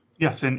yes. and